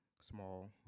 small